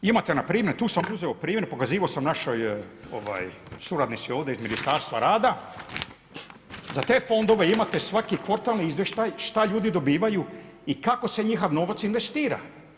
Imate npr. tu sam uzeto primjer pokazivao sam našoj suradnici ovdje iz Ministarstva rada za te fondove imate svaki kvartalni izvještaj šta ljudi dobivaju i kako se njihov novac investira.